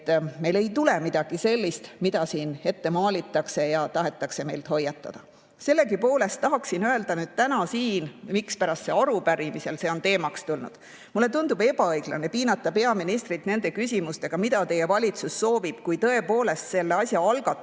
meil ei tule midagi sellist, mida siin ette maalitakse ja mille eest tahetakse meid hoiatada. Sellegipoolest tahaksin öelda täna siin, mispärast see on arupärimisel teemaks tulnud. Mulle tundub ebaõiglane piinata peaministrit nende küsimustega, et mida teie valitsus soovib, kui selle asja algatamine